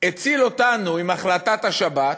הציל אותנו עם החלטת השבת,